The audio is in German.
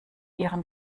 ihren